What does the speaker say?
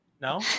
No